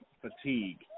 fatigue